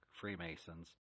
Freemasons